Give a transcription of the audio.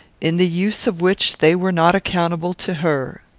in the use of which they were not accountable to her.